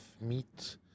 meat